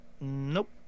Nope